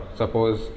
suppose